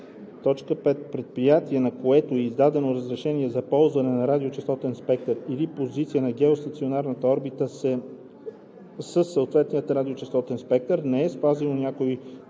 така: „5. предприятие, на което е издадено разрешение за ползване на радиочестотен спектър или позиция на геостационарната орбита със съответния радиочестотен спектър, не е спазило някои